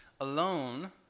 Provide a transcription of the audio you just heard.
alone